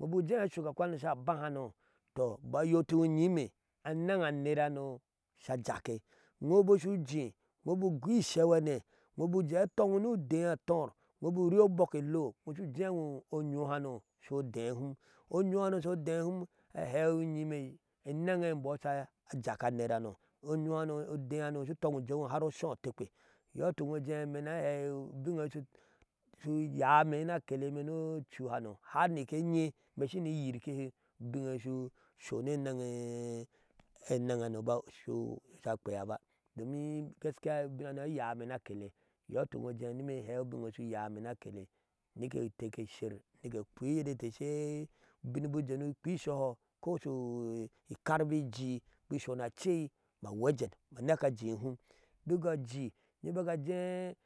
ubik ujee sha shuk ni akwanu sha baahano to imbɔɔ ayotihiyime enɛŋ anerhano sha ajakke iŋo bik ujee inɔ uba gɔɔ ishɛwhane iŋo bik ujee atɔnni ni udee atɔɔr ino bik uriri obɔk elo shujeedo onyohano sho ode hum, onyohano sho deehum, ahewiyime enɛnŋi imbɔɔ sha ajak anerhano. onyohano har shu utoŋ ujeeŋo har ko shɔɔ otekpe iyɔi ituk ime ni ahei ubiye iye shu yame ni akeleme ni ocuhano har nik enyee ime shinin yirkike ubin eiyi shu sho ni enɛyhano ba sha kpea ba, domin gaskiya ubinhano uyame ni akele inyɔ ituk ni imee inhɛɛ ubin eye shu uyame ni akele nike inte ke sher nike kpea iyedete she ubin bik ujee ni ukpea isɔhɔ ko shi ikar bi ijii bik isho ni acei ke egwee ajen ma neke ajeei hum bik ajii inyime bak ajɛɛ.